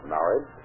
Married